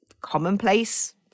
commonplace